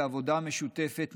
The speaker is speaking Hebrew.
בעבודה משותפת,